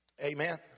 Amen